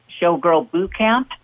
showgirlbootcamp